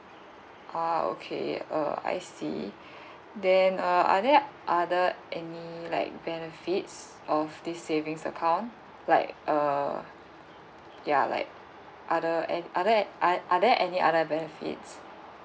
ah okay uh I see then uh are there other any like benefits of the savings account like uh ya like other an~ other at~ at~ are there any other benefits